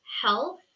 health